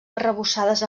arrebossades